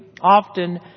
often